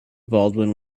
baldwin